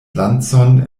lancon